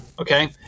Okay